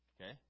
Okay